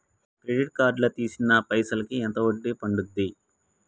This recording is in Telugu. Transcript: క్రెడిట్ కార్డ్ లా తీసిన పైసల్ కి ఎంత వడ్డీ పండుద్ధి?